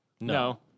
No